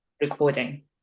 recording